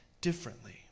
differently